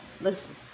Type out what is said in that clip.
Listen